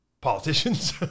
politicians